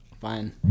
fine